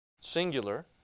singular